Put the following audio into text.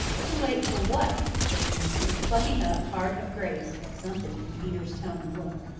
too late for what? said nancy, plucking up heart of grace at something in peter's tone and look.